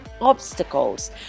obstacles